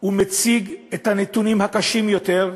מציג את הנתונים הקשים יותר,